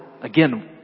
again